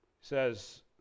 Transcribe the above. says